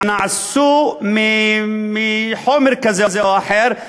שנעשו מחומר כזה או אחר,